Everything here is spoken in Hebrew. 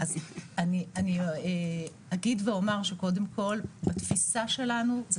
אני אגיד ואומר שקודם כל בתפיסה שלנו זה